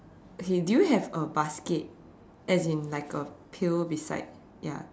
okay do you have a basket as in like a pail beside ya